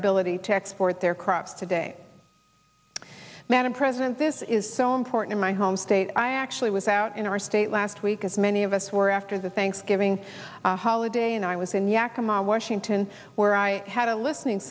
ability to export their crops today madam president this is so important my home state i actually was out in our state last week as many of us were after the thanksgiving holiday and i was in yakima washington where i had a listening